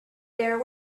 there